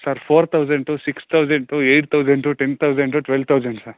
sir four thousand to six thousand to eight thousand to ten thousand to twelve thousand sir